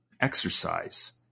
exercise